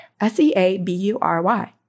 S-E-A-B-U-R-Y